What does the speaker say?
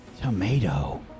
tomato